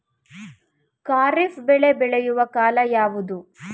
ಖಾರಿಫ್ ಬೆಳೆ ಬೆಳೆಯುವ ಕಾಲ ಯಾವುದು?